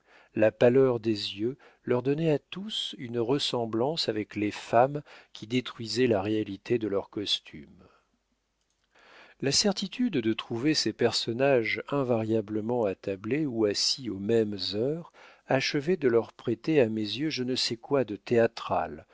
la pâleur des yeux leur donnaient à tous une ressemblance avec les femmes qui détruisait la réalité de leur costume la certitude de trouver ces personnages invariablement attablés ou assis aux mêmes heures achevait de leur prêter à mes yeux je ne sais quoi de théâtral